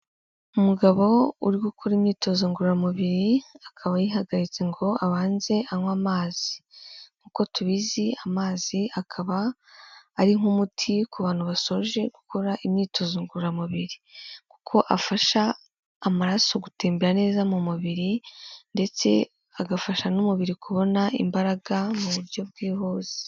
Umugabo uri gukora imyitozo ngororamubiri akaba yihagaritse ngo abanze anywe amazi. Nk'uko tubizi amazi akaba ari nk'umuti ku bantu basoje gukora imyitozo ngororamubiri, kuko afasha amaraso gutembera neza mu mubiri ndetse agafasha n'umubiri kubona imbaraga mu buryo bwihuse.